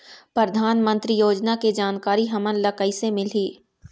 परधानमंतरी योजना के जानकारी हमन ल कइसे मिलही?